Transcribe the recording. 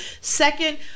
Second